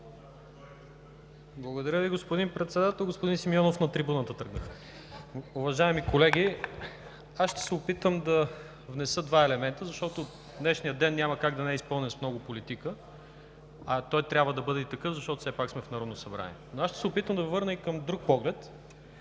Благодаря Ви, господин Председател. Уважаеми колеги, аз ще се опитам да внеса два елемента, защото днешният ден няма как да не е изпълнен с много политика, а той трябва да бъде и такъв, защото все пак сме в Народното събрание. Аз ще се опитам да Ви върна и към друг поглед.